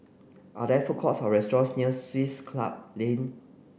are there food courts or restaurants near Swiss Club Lane